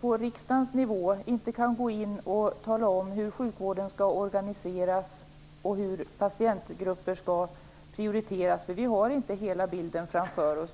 på riksdagens nivå kan vi inte gå in och tala om hur sjukvården skall organiseras och hur patientgrupper skall prioriteras. Vi har nämligen inte hela bilden framför oss.